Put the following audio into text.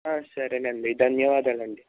సరే అండి ధన్యవాదాలండి